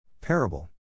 Parable